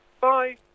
Bye